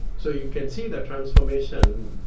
so you can see the transformation.